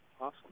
awesome